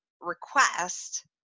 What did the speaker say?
request